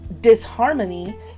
disharmony